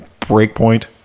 Breakpoint